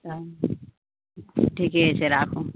ठीके छै राखू